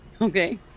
Okay